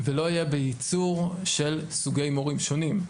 ולא יהיה בייצור של סוגי מורים שונים,